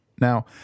Now